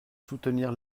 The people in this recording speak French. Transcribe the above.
soutenir